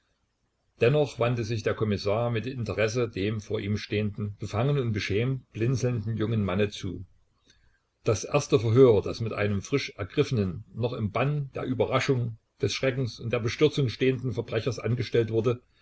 dennoch wandte sich der kommissar mit interesse dem vor ihm stehenden befangen und beschämt blinzelnden jungen manne zu das erste verhör das mit einem frisch ergriffenen noch im bann der überraschung des schreckens und der bestürzung stehenden verbrechers angestellt wurde